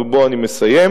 ובו אני מסיים,